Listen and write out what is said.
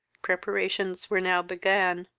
preparations were now began,